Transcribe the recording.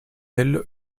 elle